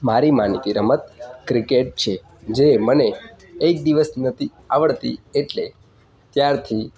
મારી માનીતી રમત ક્રિકેટ છે જે મને એક દિવસ નહોતી આવડતી એટલે ત્યારથી